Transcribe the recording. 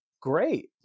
great